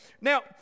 Now